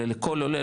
אלא לכל עולה,